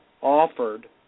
offered